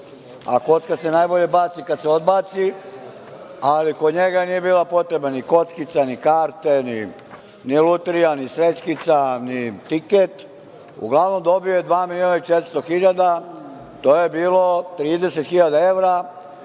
a kocka se najbolje baci kada se odbaci, ali kod njega nije bila potreba ni kockica, ni karte, ni lutrija, ni srećkica, ni tiket, uglavnom dobio je 2.400.000, to je bilo 30.000 evra.